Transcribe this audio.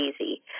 easy